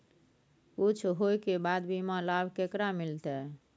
कुछ होय के बाद बीमा लाभ केकरा मिलते?